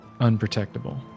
unprotectable